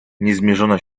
niezmierzona